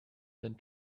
and